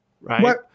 right